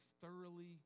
thoroughly